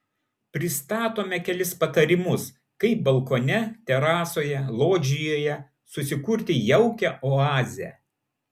pristatome kelis patarimus kaip balkone terasoje lodžijoje susikurti jaukią oazę